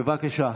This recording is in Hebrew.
בבקשה.